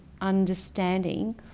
understanding